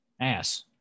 ass